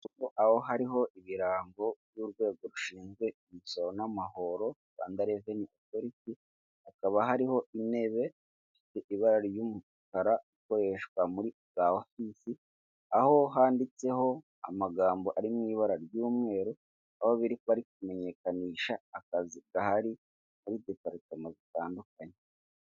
Aho hariho ibirango by'urwego rushinzwe imisoro n'amahoro Rwanda reveni otoriti, hakaba hariho intebe ifite ibara ry'umukara, ikoreshwa muri za ofisi, aho handitseho amagambo ari mu ibara ry'umweru, aho biri, bari kumenyekanisha akazi gahari muri deparitoma zitandukanye.